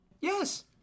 Yes